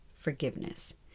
forgiveness